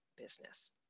business